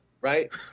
Right